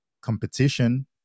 competition